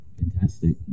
Fantastic